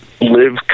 live